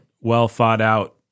well-thought-out